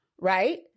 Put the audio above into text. right